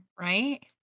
right